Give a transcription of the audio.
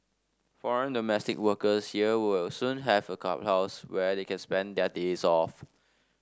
foreign domestic workers here will soon have a clubhouse where they can spend their days off